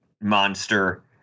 monster